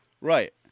Right